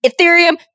Ethereum